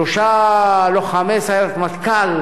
שלושה לוחמי סיירת מטכ"ל,